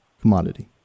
commodity